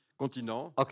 Continent